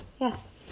Yes